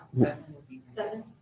Seven